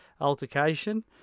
altercation